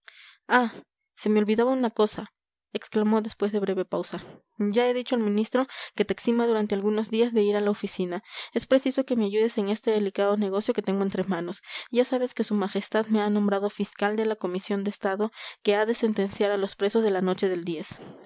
ah se me olvidaba una cosa exclamó después de breve pausa ya he dicho al ministro que te exima durante algunos días de ir a la oficina es preciso que me ayudes en este delicado negocio que tengo entre manos ya sabes que su majestad me ha nombrado fiscal de la comisión de estado que ha de sentenciar a los presos de la noche del